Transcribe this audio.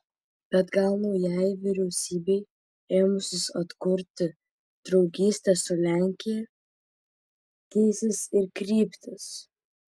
bet gal naujajai vyriausybei ėmusis atkurti draugystę su lenkija keisis ir kryptis